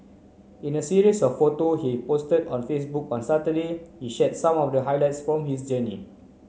in a series of photo he posted on Facebook on Saturday he shared some of the highlights from his journey